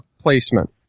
placement